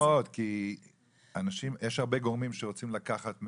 צריך דוגמאות כי יש הרבה אנשים שרוצים לגעת בזה,